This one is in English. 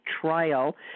trial